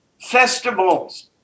festivals